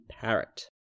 parrot